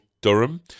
Durham